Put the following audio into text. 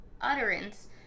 utterance